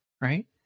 right